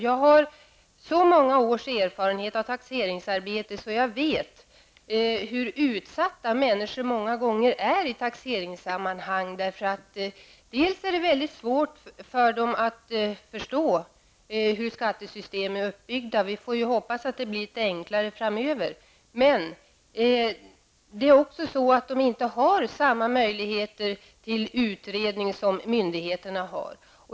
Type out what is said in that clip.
Jag har så många års erfarenhet av taxeringsarbete att jag vet hur utsatta människor många gånger är i taxeringssammanhang. Dels är det väldigt svårt för dem att förstå hur skattesystem är uppbyggda -- vi får hoppas att det blir litet enklare framöver -- dels har de inte samma möjligheter att göra utredningar som myndigheterna har.